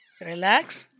relax